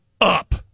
up